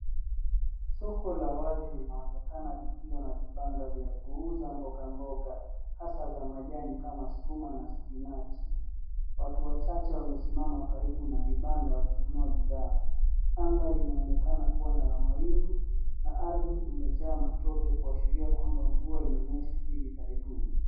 Soko la wazi linaonekana likiwa na vibanda vya kuuza mboga mboga, hasa za majani kama sukuma na spinach .Watu wachache wamesimama karibu na vibanda wakinunua bidhaa. Anga linaonekana kuwa ni la mawingu na ardhi imejaa matope kuashiria mvua imenyesha hivi karibuni.